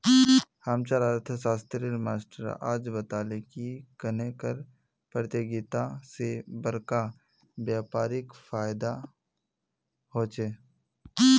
हम्चार अर्थ्शाश्त्रेर मास्टर आज बताले की कन्नेह कर परतियोगिता से बड़का व्यापारीक फायेदा होचे